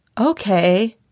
okay